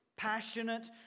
passionate